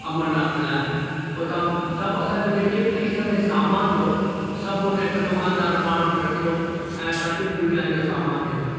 अमरनाथ लाइ उतां सभु असांजो जेके बि खीसे में सामानु हो सभु हुन दुकानदार पाण वटि रखियो ऐं असांखे पूॼा जो सामानु ॾिनऊं